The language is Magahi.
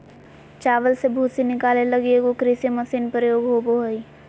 चावल से भूसी निकाले लगी एगो कृषि मशीन प्रयोग होबो हइ